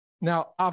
now